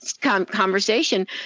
conversation